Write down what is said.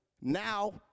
now